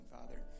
father